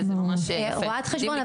רואת חשבון,